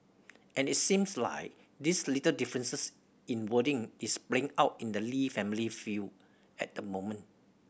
and it seems like these little differences in wording is playing out in the Lee family feud at the moment